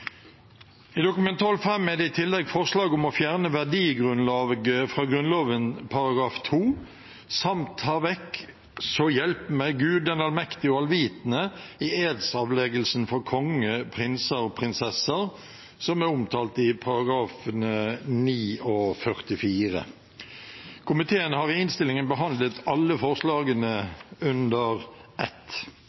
I Dokument 12:5 er det i tillegg forslag om å fjerne verdigrunnlaget fra Grunnloven § 2 samt ta vekk «så sant hjelpe meg Gud den allmektige og allvitende» i edsavleggelsen for konge, prinser og prinsesser, som er omtalt i §§ 9 og 44. Komiteen har i innstillingen behandlet alle forslagene under ett.